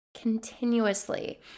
continuously